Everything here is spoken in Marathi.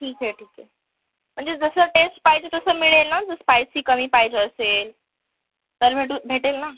ठीक ठीक म्हणजे जसं टेस्ट पाहिजे तसं मिळेल ना जर स्पायसी कमी पाहिजे असेल तर भेटू भेटेल ना